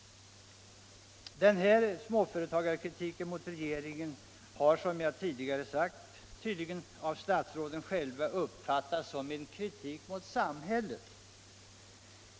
Den här småföretagarkritiken mot regeringen uppfattas tydligen, som jag sade förut, av statsråden själva som en kritik mot hela samhället.